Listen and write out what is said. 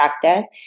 practice